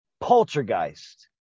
Poltergeist